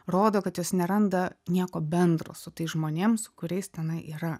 rodo kad jos neranda nieko bendro su tais žmonėm su kuriais tenai yra